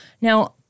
Now